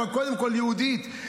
אבל קודם כול יהודית.